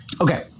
Okay